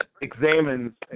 examines